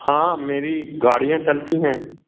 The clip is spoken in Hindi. हाँ मेरी गाड़ियाँ चलती हैं